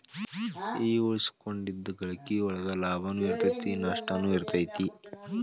ಈ ಉಳಿಸಿಕೊಂಡಿದ್ದ್ ಗಳಿಕಿ ಒಳಗ ಲಾಭನೂ ಇರತೈತಿ ನಸ್ಟನು ಇರತೈತಿ